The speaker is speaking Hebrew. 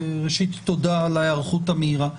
וראשית תודה על ההיערכות המהירה.